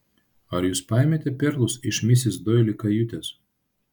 ar jūs paėmėte perlus iš misis doili kajutės